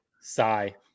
sigh